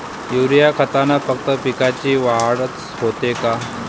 Urea खतानं फक्त पिकाची वाढच होते का?